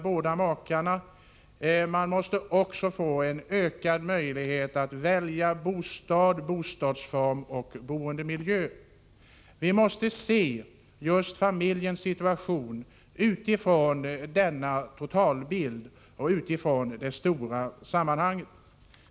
Familjen måste också få ökad möjlighet att välja bostad, bostadsform och boendemiljö. Vi måste se familjens situation från denna totalbild i de stora sammanhangen.